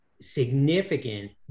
significant